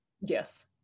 Yes